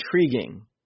intriguing